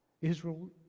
Israel